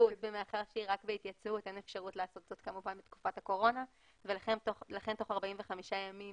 אין אפשרות לעשות זאת בתקופת הקורונה ולכן תוך 45 ימים